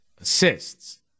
assists